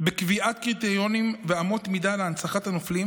בקביעת קריטריונים ואמות מידה להנצחת הנופלים